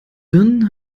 birnen